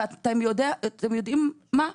ואתם יודעים מה,